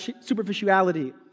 superficiality